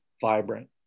vibrant